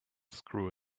screw